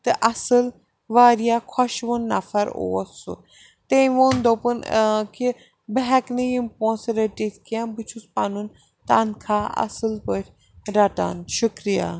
تہٕ اصٕل وارِیاہ خوش وُن نفر اوس سُہ تٔمۍ ووٚن دوٚپُن کہِ بہٕ ہٮ۪کہٕ نہٕ یِم پونٛسہٕ رٔٹتھ کیٚنٛہہ بہٕ چھُس پنُن تنخواہ اصٕل پٲٹھی رَٹان شُکرِیہ